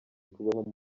kubaho